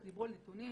דיברו על נתונים